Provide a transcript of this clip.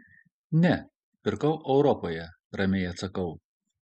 ne pirkau europoje ramiai atsakau